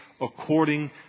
according